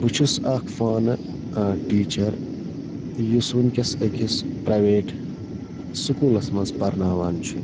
بہٕ چھُس اکھ فانہٕ ٹیٖچر یُس وُنکٮ۪س أکِس پریویٹ سَکولس منٛز پرناوان چھِ